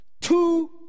Two